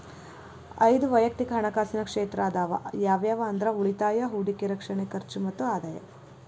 ಐದ್ ವಯಕ್ತಿಕ್ ಹಣಕಾಸಿನ ಕ್ಷೇತ್ರ ಅದಾವ ಯಾವ್ಯಾವ ಅಂದ್ರ ಉಳಿತಾಯ ಹೂಡಿಕೆ ರಕ್ಷಣೆ ಖರ್ಚು ಮತ್ತ ಆದಾಯ